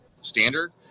standard